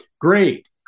great